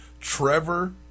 Trevor